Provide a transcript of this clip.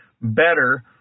better